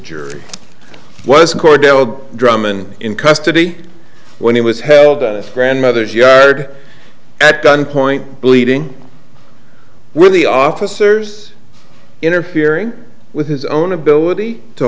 jury was kordell drummond in custody when he was held at his grandmother's yard at gun point bleeding when the officers interfering with his own ability to